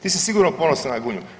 Ti si sigurno ponosna na Gunju.